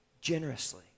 generously